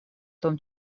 том